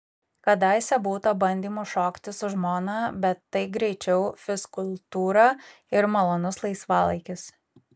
kadaise būta bandymų šokti su žmona bet tai greičiau fizkultūra ir malonus laisvalaikis